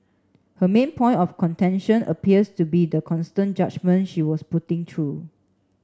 her main point of contention appears to be the constant judgement she was putting through